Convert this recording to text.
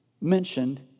mentioned